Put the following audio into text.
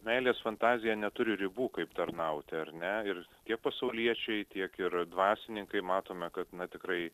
meilės fantazija neturi ribų kaip tarnauti ar ne ir tiek pasauliečiai tiek ir dvasininkai matome kad na tikrai